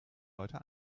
leute